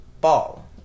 ball